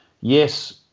yes